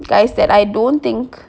guys that I don't think